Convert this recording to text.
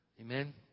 Amen